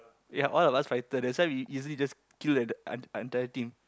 ya all of us fighter that's why we easily just kill the en~ entire team